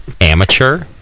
amateur